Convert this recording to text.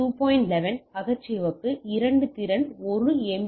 11 அகச்சிவப்பு 2 திறன்கள் 1 எம்